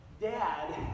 dad